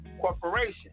corporation